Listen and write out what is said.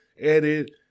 edit